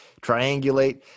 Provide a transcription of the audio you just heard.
triangulate